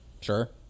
Sure